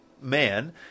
man